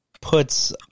puts